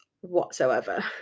whatsoever